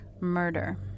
murder